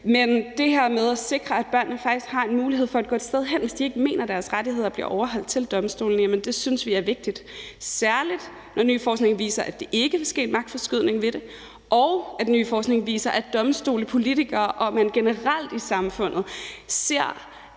men det her med at sikre, at børnene faktisk har en mulighed for at gå et sted hen, hvis ikke de mener, deres rettigheder bliver overholdt, nemlig til domstolen, synes vi er vigtigt. Det gælder særlig, når ny forskning viser, at der ikke vil ske en magtforskydning ved det, og når ny forskning viser, at domstole, politikere og folk generelt i samfundet tager